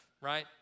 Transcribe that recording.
right